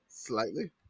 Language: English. Slightly